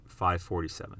547